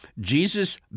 jesus